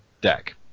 deck